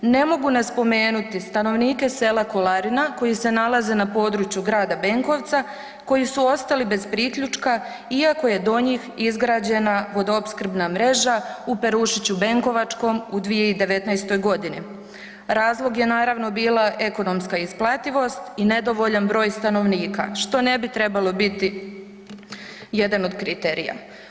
Ne mogu ne spomenuti stanovnike sela Kolarina koji se nalaze na području grada Benkovca, koji su ostali bez priključka iako je do njih izgrađena vodoopskrbna mreža u Perušiću Benkovačkom u 2019. g. Razlog je naravno, bila ekonomska isplativost i nedovoljan broj stanovnika, što ne bi trebalo biti jedan od kriterija.